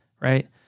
right